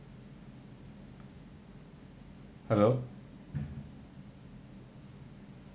hello